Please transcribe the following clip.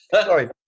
Sorry